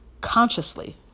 consciously